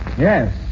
Yes